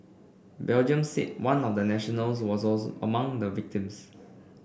Belgium said one of the nationals was also among the victims